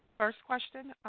first question